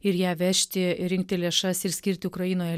ir ją vežti rinkti lėšas ir skirti ukrainoje